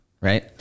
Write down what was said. right